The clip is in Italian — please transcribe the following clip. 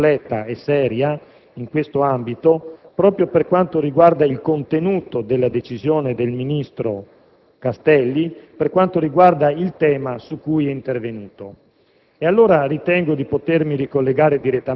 È però importante dare una valutazione completa e seria in questo ambito, proprio sul contenuto della decisione del ministro Castelli per quanto riguarda il tema su cui è intervenuto.